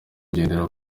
ugendera